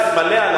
לסמליה,